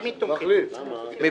מי